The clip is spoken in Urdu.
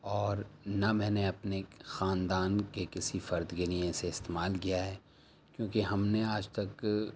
اور نہ میں نے اپنے خاندان کے کسی فرد کے لیے اسے استعمال کیا ہے کیونکہ ہم نے آج تک